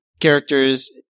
characters